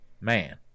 Man